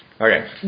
Okay